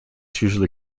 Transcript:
usually